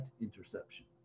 interception